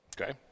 Okay